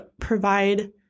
provide